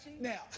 Now